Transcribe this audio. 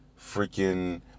freaking